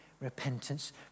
repentance